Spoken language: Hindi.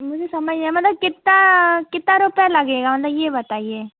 मुझे समझ नहीं आया मतलब कितना कितने रुपये लगेगा ओन द ये बताइए